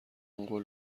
قول